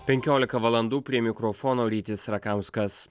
penkiolika valandų prie mikrofono rytis rakauskas